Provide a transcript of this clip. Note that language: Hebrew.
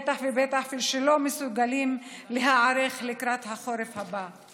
ובטח ובטח שהם לא מסוגלים להיערך לקראת החורף הבא.